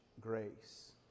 grace